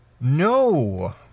No